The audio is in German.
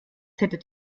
hättet